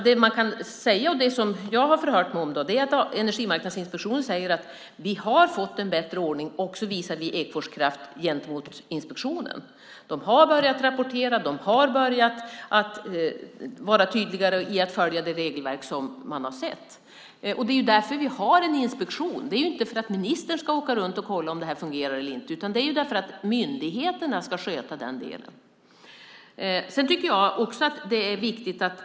Det man kan säga och det jag har förhört mig om är att det enligt Energimarknadsinspektionen nu är en bättre ordning när det gäller inspektionen visavi Ekfors Kraft. De har börjat rapportera och de har börjat vara tydligare i att följa regelverket. Det är därför vi har en inspektion. Ministern ska inte åka runt och kolla om det här fungerar eller inte, utan det ska myndigheterna sköta. En av tvisterna med Haparanda kommun gäller vad de ska betala.